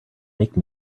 make